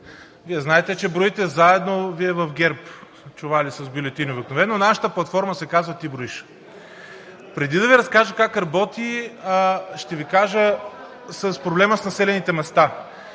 Вие знаете, че броите заедно, Вие в ГЕРБ – чували с бюлетини, обикновено. Нашата платформа се казва „Ти броиш“. Преди да Ви разкажа как работи, ще Ви кажа за проблема с населените места.